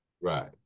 Right